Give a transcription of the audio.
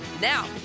Now